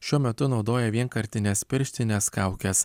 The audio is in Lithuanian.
šiuo metu naudoja vienkartines pirštines kaukes